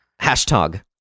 hashtag